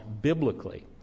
biblically